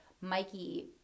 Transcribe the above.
Mikey